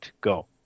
Go